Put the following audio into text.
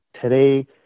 today